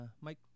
mike